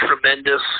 tremendous